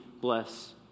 bless